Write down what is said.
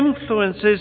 influences